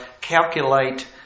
calculate